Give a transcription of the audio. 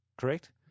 correct